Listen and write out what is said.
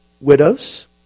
widows